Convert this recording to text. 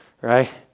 right